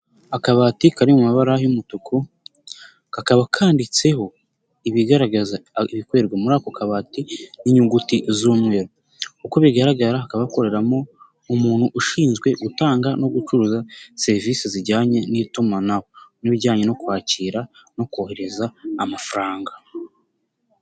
Akabati kari mu mabara y'umutuku kakaba kanditseho ibigaragaza ibikorerwa muri ako kabati n'inyuguti z'umweru, uko bigaragara akabakoreramo umuntu ushinzwe gutanga no gucuruza serivisi zijyanye n'itumanaho, n'ibijyanye no kwakira no kohereza amafaranga.